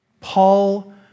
Paul